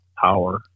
Power